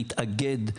להתאגד,